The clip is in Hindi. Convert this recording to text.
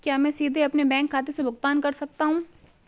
क्या मैं सीधे अपने बैंक खाते से भुगतान कर सकता हूं?